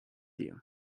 you